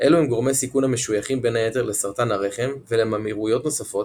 אלו הם גורמי סיכון המשויכים בין היתר לסרטן הרחם ולממאירויות נוספות,